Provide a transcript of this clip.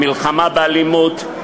המלחמה באלימות,